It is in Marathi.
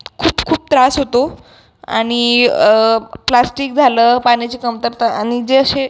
खूप खूप त्रास होतो आणि प्लास्टिक झालं पाण्याची कमतरता आणि जे असे